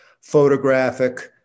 photographic